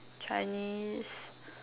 Chinese